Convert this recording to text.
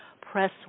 Press